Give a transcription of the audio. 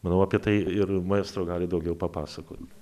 manau apie tai ir maestro gali daugiau papasakot